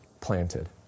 planted